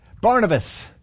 Barnabas